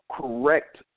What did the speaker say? correct